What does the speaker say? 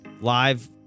live